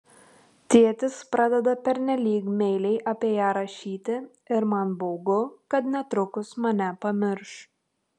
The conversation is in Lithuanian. tėtis pradeda pernelyg meiliai apie ją rašyti ir man baugu kad netrukus mane pamirš